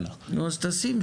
הוא בוחר איך להשתמש בהם